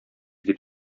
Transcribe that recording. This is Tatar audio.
дип